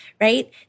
right